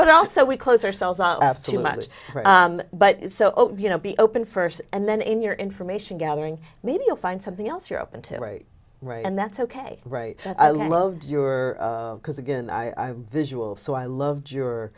but also we close our selves on to much but so you know be open first and then in your information gathering maybe you'll find something else you're open to right and that's ok right i loved your because again i visual so i loved your